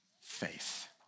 faith